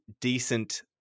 decent